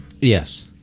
Yes